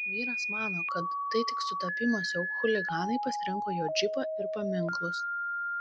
vyras mano kad tai tik sutapimas jog chuliganai pasirinko jo džipą ir paminklus